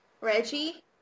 Reggie